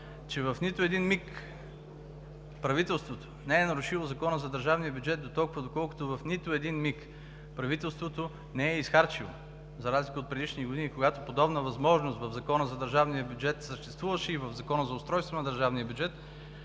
че в нито един миг правителството не е нарушило Закона за държавния бюджет, доколкото в нито един миг правителството не е изхарчило, за разлика от предишни години, когато подобна възможност съществуваше в Закона за държавния бюджет и в Закона за устройството на държавния бюджет,